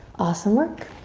awesome work.